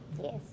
yes